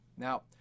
Now